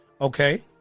Okay